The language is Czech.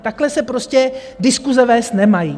Takhle se prostě diskuse vést nemají.